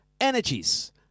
energies